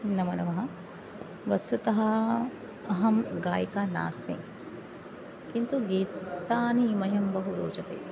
नमो नमः वस्तुतः अहं गायिका नास्मि किन्तु गीतानि मह्यं बहु रोचते